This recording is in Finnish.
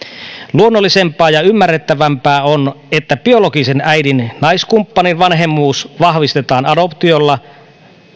luonnollisempaa ja ymmärrettävämpää on että biologisen äidin naiskumppanin vanhemmuus vahvistetaan adoptiolla